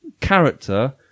character